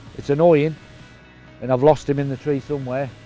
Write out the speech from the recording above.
it's annoying and i've lost him in the tree somewhere.